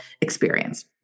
experience